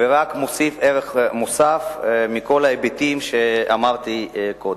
ורק מוסיף ערך מוסף מכל ההיבטים שאמרתי קודם.